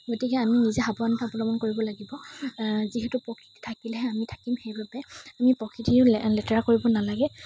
গতিকে আমি নিজে সাৱধানতা অৱলম্বন কৰিব লাগিব যিহেতু প্ৰকৃতি থাকিলেহে আমি থাকিম সেইবাবে আমি প্ৰকৃতি লেতেৰা কৰিব নালাগে